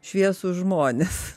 šviesūs žmonės